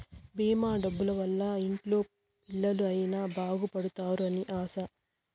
భీమా డబ్బుల వల్ల ఇంట్లో పిల్లలు అయిన బాగుపడుతారు అని ఆశ